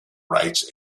rights